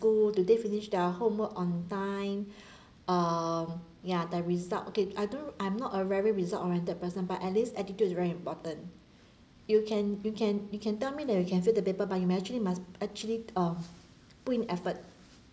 school do they finish their homework on time um ya their result okay I don't I'm not a very result oriented person but at least attitude is very important you can you can you can tell me that you can fail the paper but you actually must actually um put in effort